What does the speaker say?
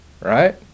right